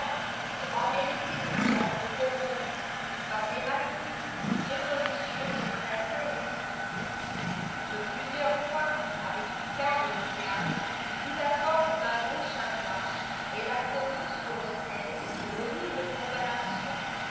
ptmr en mériter autant de corrompre par des maléfices deux religieuses du lïiooastère de louviers que plusieurs fois avec picard et le diable sous la forme d'un gros chat noir elle a commis sur l'autel d'horribles profanations